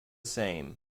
same